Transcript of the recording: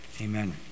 Amen